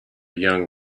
young